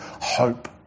hope